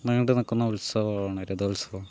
നീണ്ടു നിൽക്കുന്ന ഉത്സവമാണ് രഥോത്സവം